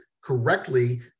correctly